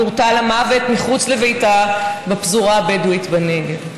נורתה למוות מחוץ לביתה בפזורה הבדואית בנגב.